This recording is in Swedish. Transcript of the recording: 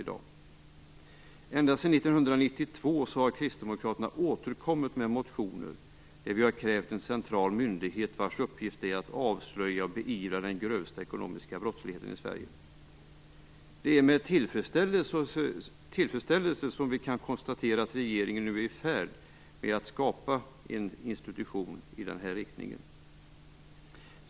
Ända sedan 1992 har vi kristdemokrater återkommit med motioner där vi krävt en central myndighet, vars uppgift är att avslöja och beivra den grövsta ekonomiska brottsligheten i Sverige. Det är med tillfredsställelse som vi kan konstatera att regeringen nu är i färd med att skapa en institution i den riktningen.